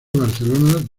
barcelona